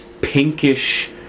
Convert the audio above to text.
pinkish